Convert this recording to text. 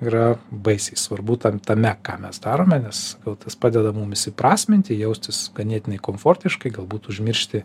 yra baisiai svarbu tam tame ką mes darome nes sakau tas padeda mum įprasminti jaustis ganėtinai komfortiškai galbūt užmiršti